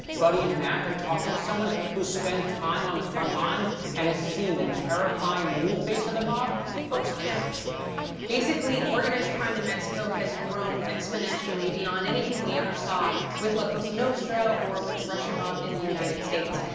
buddy and mac are talking to someone who spent time on the front lines and has seen the terrifying new face of the mob firsthand. longmire basically, organized crime in mexico has grown exponentially beyond anything we ever saw with la cosa nostra or with the russian mob in the united states.